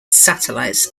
satellites